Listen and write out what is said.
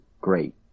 great